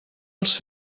els